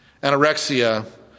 anorexia